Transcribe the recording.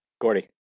Gordy